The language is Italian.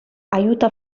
aiuta